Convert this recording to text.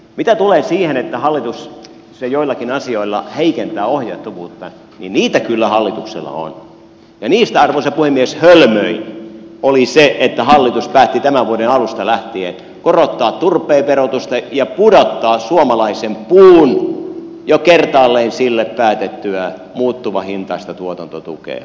mitä tulee siihen että hallitus joillakin asioilla heikentää ohjattavuutta niin niitä kyllä hallituksella on ja niistä arvoisa puhemies hölmöin oli se että hallitus päätti tämän vuoden alusta lähtien korottaa turpeen verotusta ja pudottaa suomalaisen puun jo kertaalleen sille päätettyä muuttuvahintaista tuotantotukea